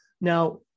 now